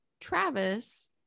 Travis